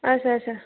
آچھا آچھا